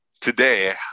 Today